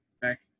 back